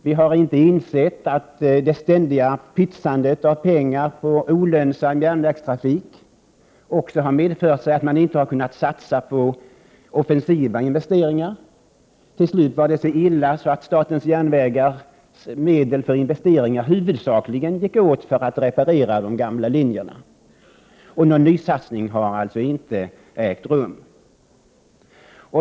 Vi har inte insett att det ständiga pytsandet av pengar på olönsam järnvägstrafik har medfört att man inte kunnat satsa på offensiva investeringar. Till slut var det så illa att statens järnvägars medel för investeringar huvudsakligen gick åt till att reparera de gamla linjerna. Någon nysatsning ägde inte rum.